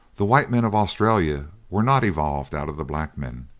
the white men of australia were not evolved out of the black men.